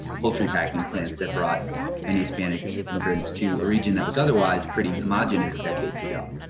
poultry packing plants that brought many hispanic immigrants to a region that was otherwise pretty homogeneous decades ago.